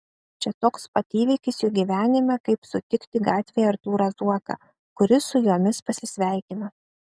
čia toks pat įvykis jų gyvenime kaip sutikti gatvėje artūrą zuoką kuris su jomis pasisveikina